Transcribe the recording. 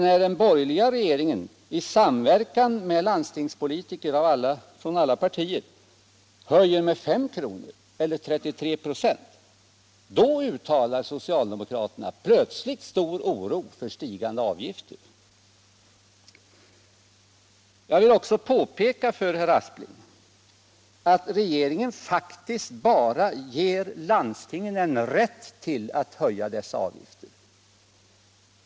När dén borgerliga regeringen, i samverkan med landstingspolitiker från alla partier, höjer med Skr., eller 33 96, uttalar socialdemokraterna plötsligt stor oro för stigande avgifter. Jag vill också påpeka för herr Aspling att regeringen faktiskt bara ger landstingen en rätt att höja dessa avgifter.